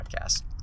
podcast